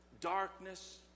darkness